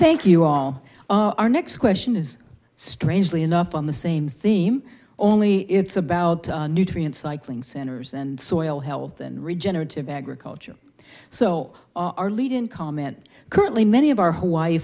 thank you all our next question is strangely enough on the same theme only it's about nutrient cycling centers and soil health and regenerative agriculture so our lead in comment currently many of our hawaii